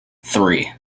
three